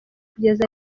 kugeza